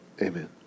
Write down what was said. Amen